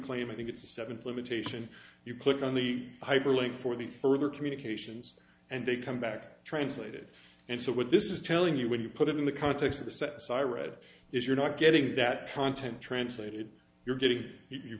claim i think it's a seven limitation you click on the hyperlink for the further communications and they come back translated and so what this is telling you when you put it in the context of the set aside read if you're not getting that content translated you're getting